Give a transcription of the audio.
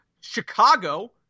Chicago